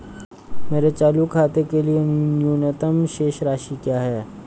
मेरे चालू खाते के लिए न्यूनतम शेष राशि क्या है?